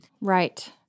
Right